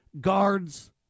guards